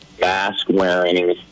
mask-wearing